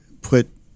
put